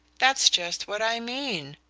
that's just what i mean!